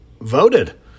voted